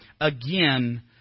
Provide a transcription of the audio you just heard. again